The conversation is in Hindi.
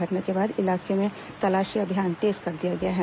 घटना के बाद इलाके में तलाशी अभियान तेज कर दिया गया है